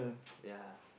ya